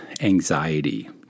anxiety